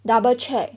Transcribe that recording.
double check